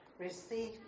Receive